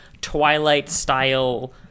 Twilight-style